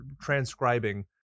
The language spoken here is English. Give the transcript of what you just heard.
transcribing